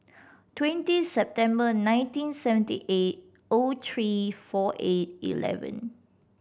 twenty September nineteen seventy eight O three four eight eleven